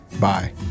bye